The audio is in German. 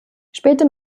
später